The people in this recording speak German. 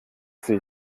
sie